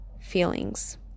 feelings